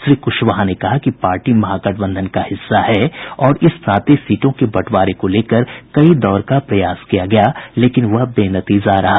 श्री कुशवाहा ने कहा कि पार्टी महागठबंधन का हिस्सा है और इस नाते सीटों के बंटवारे को लेकर कई दौर का प्रयास किया गया लेकिन वह बेनतीजा रहा